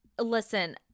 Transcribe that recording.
Listen